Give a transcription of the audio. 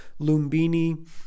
Lumbini